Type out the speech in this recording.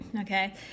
Okay